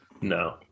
No